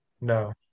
No